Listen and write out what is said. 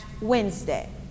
Wednesday